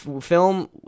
film